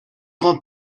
grand